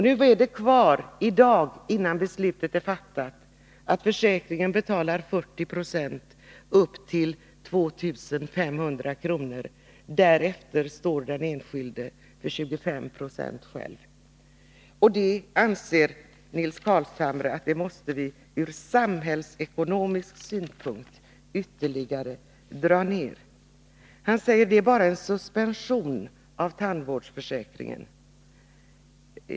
Nu, i dag, innan beslutet är fattat, återstår att försäkringen betalar 40 96 upp till 2 500 kr., och därefter står den enskilde för 25 96 själv. Nils Carlshamre anser att vi ur samhällsekonomisk synpunkt måste dra ner ytterligare på detta. Han säger att det bara är en suspension av tandvårdsförsäkringen.